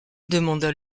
demanda